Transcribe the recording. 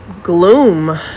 gloom